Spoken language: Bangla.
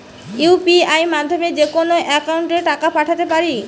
ইউ.পি.আই মাধ্যমে যেকোনো একাউন্টে টাকা পাঠাতে পারি?